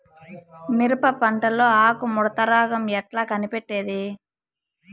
మిరప పంటలో ఆకు ముడత రోగం ఎట్లా కనిపెట్టేది?